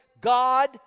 God